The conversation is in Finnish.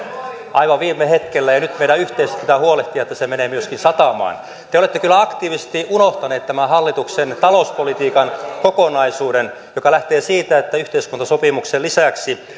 aivan viime hetkellä nyt meidän yhteisesti pitää huolehtia että se menee myöskin satamaan te te olette kyllä aktiivisesti unohtaneet tämän hallituksen talouspolitiikan kokonaisuuden joka lähtee siitä että yhteiskuntasopimuksen lisäksi